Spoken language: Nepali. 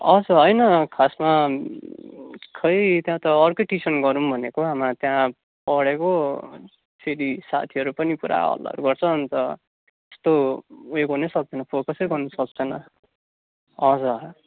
हवस् होइन खासमा खोइ त्यहाँ त अर्कै ट्युसन गरौँ भनेको हौ आमा त्यहाँ पढेको फेरि साथीहरू पनि पुरा हल्लाहरू गर्छ अन्त त्यस्तो उयो गर्नै सक्दैन फोकस गर्न सक्दैन हजुर